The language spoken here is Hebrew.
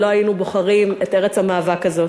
ולא היינו בוחרים את ארץ המאבק הזאת.